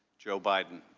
joe biden.